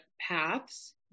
paths